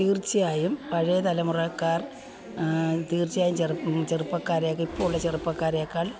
തീർച്ചയായും പഴയ തലമുറക്കാർ തീർച്ചയായും ചെറുപ്പക്കാരെയൊക്കെ ഇപ്പോളുള്ള ചെറുപ്പക്കാരെക്കാൾ